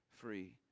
free